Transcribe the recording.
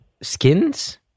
skins